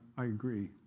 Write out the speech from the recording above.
i agree.